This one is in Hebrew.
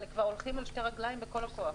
אבל הם כבר הולכים על שתי הרגליים בכל הכוח.